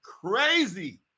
crazy